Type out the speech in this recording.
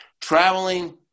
traveling